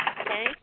okay